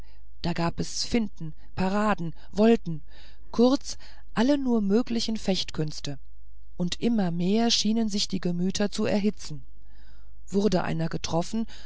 da gab es finten paraden volten kurz alle nur mögliche fechterkünste und immer mehr schienen sich die gemüter zu erhitzen wurde einer getroffen